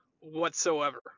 whatsoever